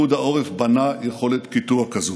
פיקוד העורף בנה יכולת קיטוע כזאת,